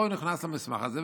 לא נכנס למסמך הזה,